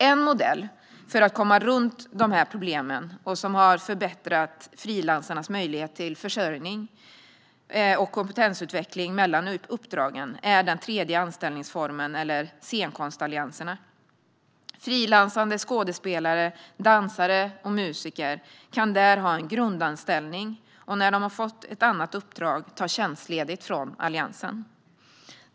En modell för att komma runt dessa problem och som har förbättrat frilansarnas möjligheter till försörjning och kompetensutveckling mellan uppdragen är den tredje anställningsformen - scenkonstallianserna. Frilansande skådespelare, dansare och musiker kan där ha en grundanställning, och när de får annat uppdrag tar de tjänstledigt från alliansen.